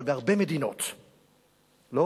אבל בהרבה מדינות לא.